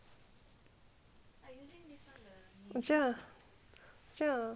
okay ah 这样